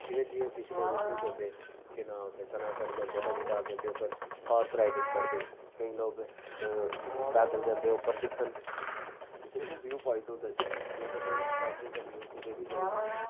ठीक ऐ जि'यां किश लोग इत्थूं जंदे केह् नांऽ उत्थें सनासर जंदे पत्नीटॉप जंदे उप्पर हॉर्स राईड़िंग करदे केईं लोग पैदल जंदे उप्पर दिक्खन ठीक ऐ ना हून जि'यां पाइड होंदा जि'यां जि'यां तुस हून ट्रैकिंग करने ई कुदै बी जाई सकदे ओ